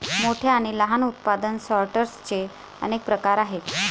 मोठ्या आणि लहान उत्पादन सॉर्टर्सचे अनेक प्रकार आहेत